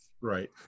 Right